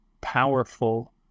powerful